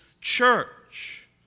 church